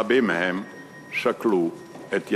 רבים מהם שכלו את יקיריהם.